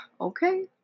Okay